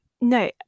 no